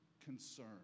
concern